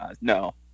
No